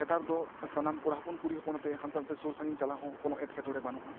ᱱᱮᱛᱟᱨ ᱫᱚ ᱥᱟᱱᱟᱢ ᱠᱚᱲᱟ ᱦᱚᱯᱚᱱ ᱠᱩᱲᱤ ᱦᱚᱯᱚᱱ ᱟᱛᱮᱜ ᱦᱟᱱᱛᱮ ᱱᱷᱟᱛᱮ ᱥᱩᱨ ᱥᱟᱺᱜᱤᱧ ᱪᱟᱞᱟᱜ ᱦᱚᱸ ᱠᱚᱱᱚ ᱮᱸᱴᱠᱮᱴᱚᱬᱮ ᱵᱟᱹᱱᱩᱜᱼᱟ